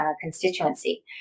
constituency